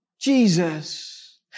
Jesus